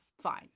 Fine